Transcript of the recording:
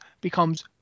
becomes